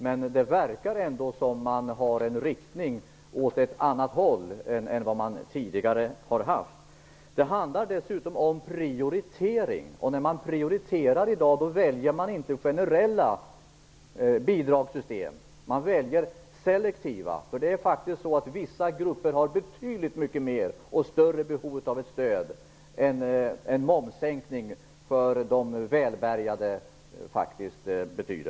Man verkar ändå vara inriktad åt ett annat håll än tidigare. Dessutom handlar det om en prioritering. När man i dag prioriterar, väljer man inte generella bidragssystem. Man väljer i stället selektiva system. Vissa grupper har faktiskt betydligt större behov av stöd jämfört med vad en momssänkning betyder för de välbärgade.